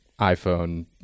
iphone